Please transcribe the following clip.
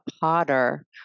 potter